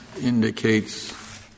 indicates